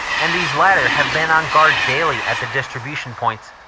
and these latter have been on guard daily at the distribution points.